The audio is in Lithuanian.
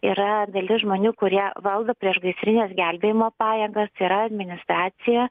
yra dalis žmonių kurie valdo priešgaisrinės gelbėjimo pajėgas yra administracija